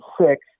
six